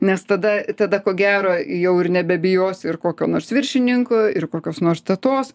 nes tada tada ko gero jau ir nebebijosi ir kokio nors viršininko ir kokios nors tetos